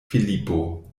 filipo